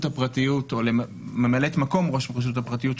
הפרטיות או לממלאת מקום ראש רשות הפרטיות,